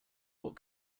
what